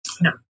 No